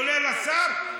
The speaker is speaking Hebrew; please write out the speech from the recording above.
כולל השר,